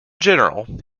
general